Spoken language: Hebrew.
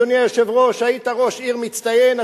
אדוני היושב-ראש היית ראש עיר מצטיין,